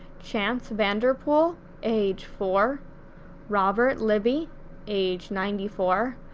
chance vanderpool age four robert libby age ninety four,